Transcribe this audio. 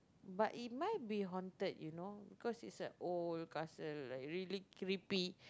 but it might be haunted you know cause it's an old castle like really creepy